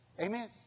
Amen